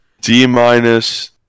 D-minus